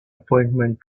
appointment